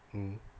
mm